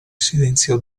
silenzio